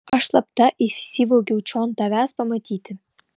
aš slapta įsivogiau čion tavęs pamatyti